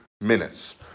minutes